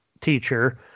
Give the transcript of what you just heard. teacher